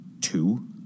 two